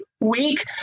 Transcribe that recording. week